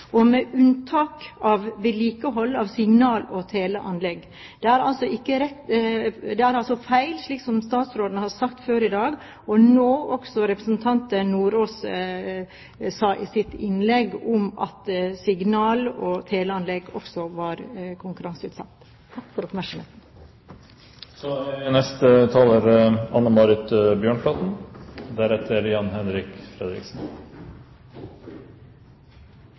blir med dette en bestiller og byggherre for oppdrag innen utbygging og vedlikehold av jernbaneinfrastruktur, med unntak av vedlikehold av signal- og teleanlegg.» Det er altså feil, slik statsråden har sagt før i dag, og nå også representanten Sjelmo Nordås, at signal- og teleanlegg også var konkurranseutsatt.